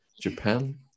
Japan